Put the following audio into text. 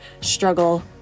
struggle